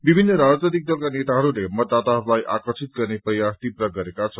विभिन्न राजनैतिक दलका नेताहरूले मतदाताहरूलाई आकर्षित गर्ने प्रयास तीव्र गरेका छन्